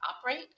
operate